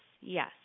yes